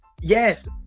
yes